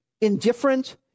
indifferent